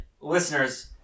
listeners